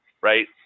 right